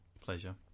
Pleasure